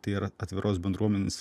tai yra atviros bendruomenės